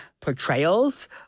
portrayals